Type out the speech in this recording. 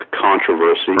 Controversy